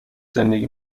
زندگی